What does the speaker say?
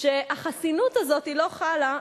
שהחסינות הזאת לא חלה,